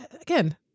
again